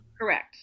correct